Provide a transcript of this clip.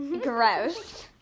Gross